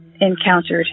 encountered